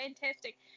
fantastic